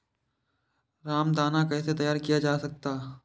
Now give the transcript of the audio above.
रामदाना कैसे तैयार किया जाता है?